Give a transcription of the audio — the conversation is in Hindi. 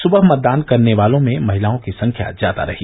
सुबह मतदान करने वालों में महिलाओं की संख्या ज्यादा रही